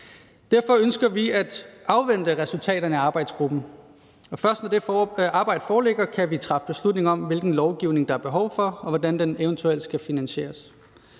Derfor ønsker vi at afvente resultaterne af arbejdsgruppen, og først når det arbejde foreligger, kan vi træffe beslutning om, hvilken lovgivning der er behov for, og hvordan den eventuelt skal finansieres.